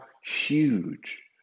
huge